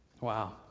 Wow